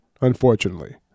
unfortunately